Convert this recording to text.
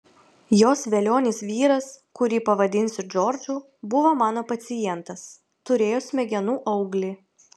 jos velionis vyras kurį pavadinsiu džordžu buvo mano pacientas turėjo smegenų auglį